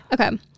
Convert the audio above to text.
Okay